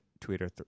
Twitter